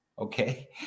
Okay